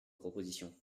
proposition